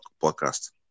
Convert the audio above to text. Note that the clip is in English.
podcast